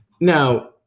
Now